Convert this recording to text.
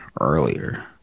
earlier